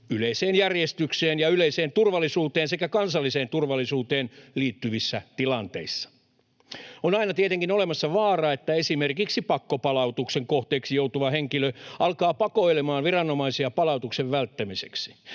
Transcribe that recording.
yleiseen järjestykseen ja yleiseen turvallisuuteen sekä kansalliseen turvallisuuteen liittyvissä tilanteissa. On aina tietenkin olemassa vaara, että esimerkiksi pakkopalautuksen kohteeksi joutuva henkilö alkaa pakoilemaan viranomaisia palautuksen välttämiseksi.